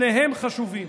שניהם חשובים,